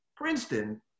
Princeton